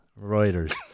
Reuters